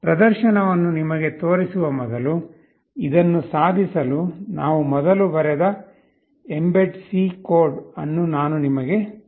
ಪ್ರದರ್ಶನವನ್ನು ನಿಮಗೆ ತೋರಿಸುವ ಮೊದಲು ಇದನ್ನು ಸಾಧಿಸಲು ನಾವು ಮೊದಲು ಬರೆದ ಎಂಬೆಡ್ C ಕೋಡ್ ಅನ್ನು ನಾನು ನಿಮಗೆ ತೋರಿಸುತ್ತೇನೆ